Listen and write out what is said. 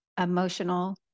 emotional